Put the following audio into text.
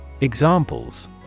Examples